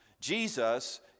jesus